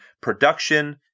production